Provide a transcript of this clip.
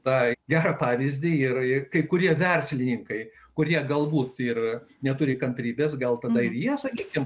tą gerą pavyzdį ir kai kurie verslininkai kurie galbūt yra neturi kantrybės geltonai ir jie sakykime